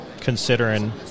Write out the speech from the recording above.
considering